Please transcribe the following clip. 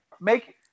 make